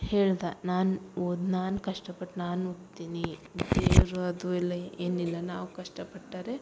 ಹೇಳಿದ ನಾನು ಓದಿ ನಾನು ಕಷ್ಟಪಟ್ಟು ನಾನು ಓದ್ತೀನಿ ದೇವರು ಅದು ಎಲ್ಲ ಏನಿಲ್ಲ ನಾವು ಕಷ್ಟಪಟ್ಟರೆ